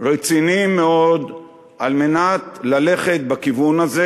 רציניים מאוד על מנת ללכת בכיוון הזה.